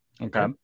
Okay